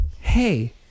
hey